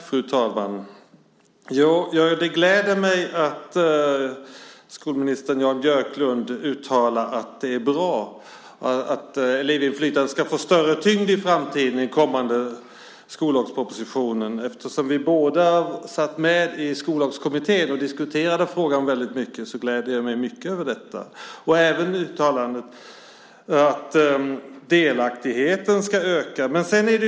Fru talman! Det gläder mig att skolminister Jan Björklund uttalar att det är bra att elevinflytandet ska få större tyngd i framtiden i kommande skollagsproposition. Vi satt båda med i Skollagskommittén och diskuterade frågan väldigt mycket, så jag gläder mig mycket över uttalandet att delaktigheten ska öka.